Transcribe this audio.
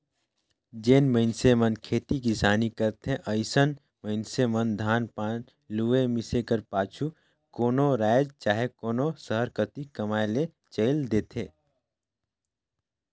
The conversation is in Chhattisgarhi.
जेन मइनसे मन खेती किसानी करथे अइसन मइनसे मन धान पान लुए, मिसे कर पाछू कोनो राएज चहे कोनो सहर कती कमाए ले चइल देथे